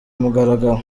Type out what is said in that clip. mugaragaro